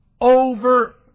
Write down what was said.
over